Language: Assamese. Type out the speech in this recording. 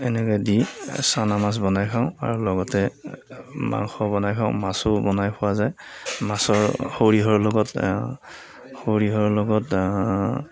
এনেকে দি চানা মাছ বনাই খাওঁ আৰু লগতে মাংস বনাই খাওঁ মাছো বনাই খোৱা যায় মাছৰ সৰিয়হৰ লগত সৰিহৰ লগত